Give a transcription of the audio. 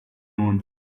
moon